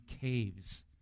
caves